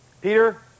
Peter